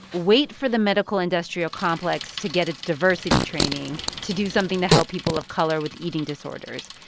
wait for the medical-industrial complex to get its diversity training to do something to help people of color with eating disorders.